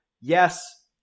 yes